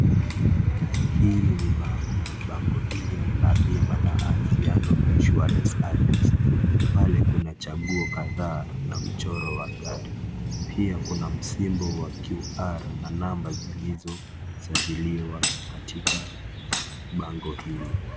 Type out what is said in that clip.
Hili ni bango, bango hili ni la bima la Anziano Insuarance Agency. Pale kuna chaguo kadhaa na mchoro wa gari. Pia kuna msimbo wa QR zilizosajiliwa katika bango hili.